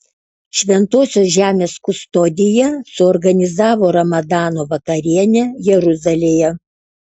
šventosios žemės kustodija suorganizavo ramadano vakarienę jeruzalėje